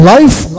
Life